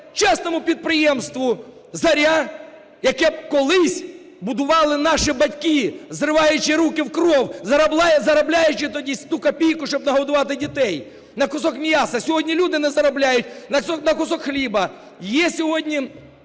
частному підприємству "Зоря", яке колись будували наші батьки, зриваючи руки в кров, заробляючи тоді ту копійку, щоб нагодувати дітей, на кусок м'яса. Сьогодні люди не заробляють на кусок хліба.